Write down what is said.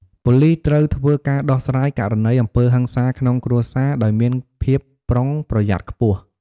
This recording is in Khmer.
ប៉ូលិសត្រូវធ្វើការដោះស្រាយករណីអំពើហិង្សាក្នុងគ្រួសាដោយមានភាពប្រុងប្រយ័ត្តខ្ពស់។